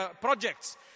projects